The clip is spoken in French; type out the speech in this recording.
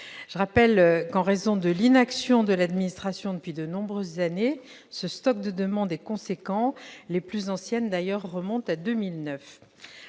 Je rappelle que, en raison de l'inaction de l'administration depuis de nombreuses années, ce stock de demandes est substantiel, les plus anciennes remontant à 2009.